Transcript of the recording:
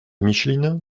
micheline